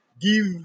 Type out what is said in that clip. give